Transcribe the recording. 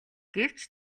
гэвч